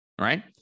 right